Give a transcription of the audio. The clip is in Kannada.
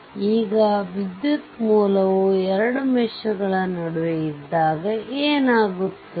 ಈಗ ವಿದ್ಯುತ್ ಮೂಲವು 2 ಮೆಶ್ ಗಳ ನಡುವೆ ಇದ್ದಾಗ ಏನಾಗುತ್ತದೆ